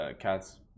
cats